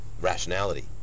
rationality